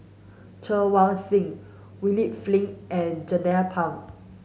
Chen Wen Hsi William Flint and Jernnine Pang